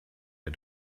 der